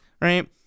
right